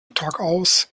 tagaus